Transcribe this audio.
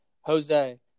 Jose